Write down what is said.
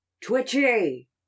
Twitchy